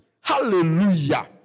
Hallelujah